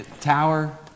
Tower